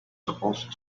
supposed